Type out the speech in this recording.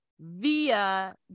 via